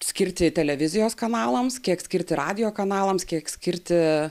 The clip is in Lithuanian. skirti televizijos kanalams kiek skirti radijo kanalams kiek skirti